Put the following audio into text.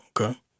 Okay